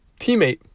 teammate